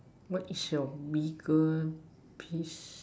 what is your biggest piss